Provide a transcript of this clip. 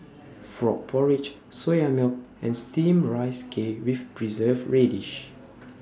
Frog Porridge Soya Milk and Steamed Rice Cake with Preserved Radish